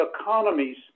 economies